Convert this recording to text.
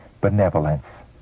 benevolence